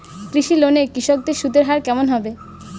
কৃষি লোন এ কৃষকদের সুদের হার কেমন হবে?